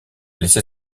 laissé